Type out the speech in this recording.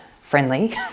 friendly